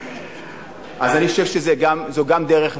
אז אני חושב שזו גם דרך,